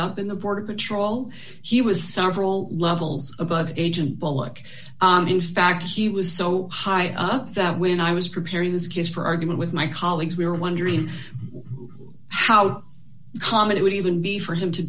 up in the border patrol he was several levels above agent pollock in fact he was so high up that when i was preparing this case for argument with my colleagues we were wondering how common it would even be for him to